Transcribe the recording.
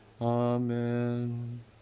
Amen